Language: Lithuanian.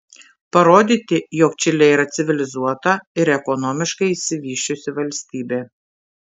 parodyti jog čilė yra civilizuota ir ekonomiškai išsivysčiusi valstybė